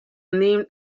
named